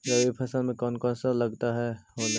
रबी फैसले मे कोन कोन सा लगता हाइय?